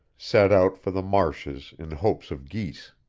set out for the marshes in hopes of geese.